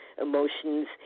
emotions